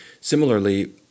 Similarly